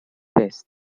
vest